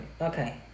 Okay